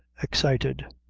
excited.